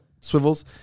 swivels